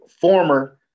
former